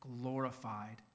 glorified